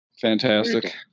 Fantastic